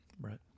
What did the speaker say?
Right